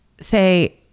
say